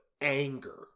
anger